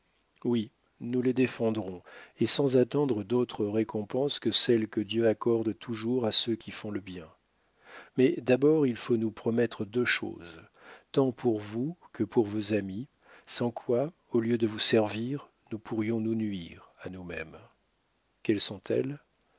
oui nous les défendrons et sans attendre d'autre récompense que celle que dieu accorde toujours à ceux qui font le bien mais d'abord il faut nous promettre deux choses tant pour vous que pour vos amis sans quoi au lieu de vous servir nous pourrions nous nuire à nous-mêmes quelles sont-elles